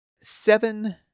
Seven